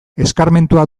eskarmentua